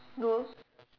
no